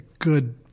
good